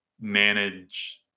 manage